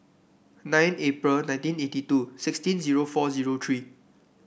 nine April nineteen eighty two sixteen zero four zero three